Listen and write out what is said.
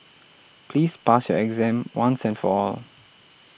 please pass your exam once and for all